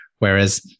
Whereas